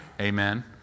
Amen